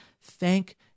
Thank